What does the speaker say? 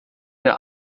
der